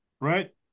right